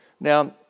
Now